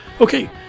Okay